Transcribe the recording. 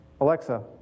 Alexa